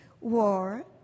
war